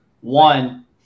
one